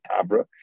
tabra